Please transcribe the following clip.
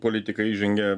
politikai žengia